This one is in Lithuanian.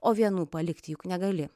o vienų palikti juk negali